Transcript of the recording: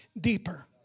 deeper